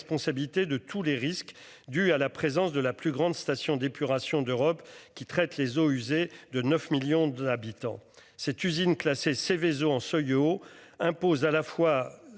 de tous les risques dus à la présence de la plus grande station d'épuration d'Europe qui traite les eaux usées de 9 millions d'habitants. Cette usine classée Seveso en seuil aux impôts, à la fois